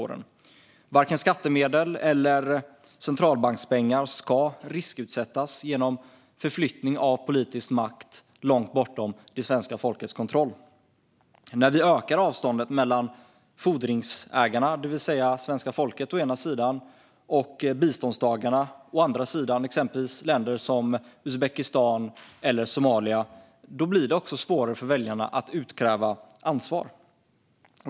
Varken skattemedel eller centralbankspengar ska riskutsättas genom förflyttning av politisk makt långt bortom svenska folkets kontroll. När vi ökar avståndet mellan fordringsägarna å ena sidan, det vill säga svenska folket, och biståndstagarna å andra sidan, exempelvis länder som Uzbekistan eller Somalia, blir det svårare för väljarna att utkräva ansvar.